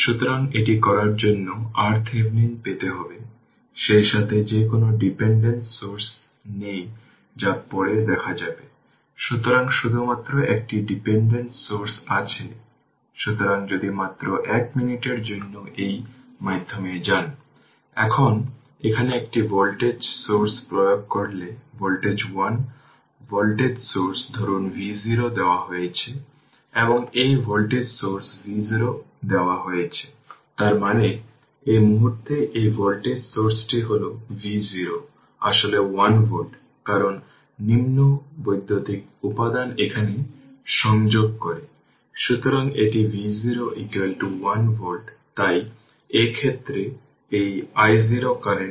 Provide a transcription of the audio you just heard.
সুতরাং আমি এখানেও এটিকে সমস্ত t 0 এর জন্য তৈরি করতে পারি এটিও i t ও ভ্যালিড তবে শুধুমাত্র I0 এবং v x 0 এর জন্য এটি তৈরি করুন উভয়ই ভ্যালিড কিন্তু তারপরও আমি এটি তৈরি করেছি কারণ আমরা যেমনটি এখানে উল্লেখ করেছি যদি উল্লেখ থাকে তবে আমি এটিকে দেখব যদি এইটিতে উল্লেখ থাকে তবে I t এবং v x t যদি থাকে এটি উল্লেখ করা হয়নি তারপর ইনিশিয়াল ভ্যালু রাখুন যে I0 এবং v0 এবং সেইজন্য I0 20 অ্যাম্পিয়ার এটি ইনিশিয়াল কারেন্ট